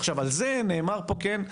עכשיו על זה נאמר פה כן,